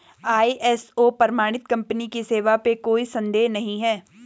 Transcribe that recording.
ISO प्रमाणित company की सेवा पे कोई संदेह नहीं है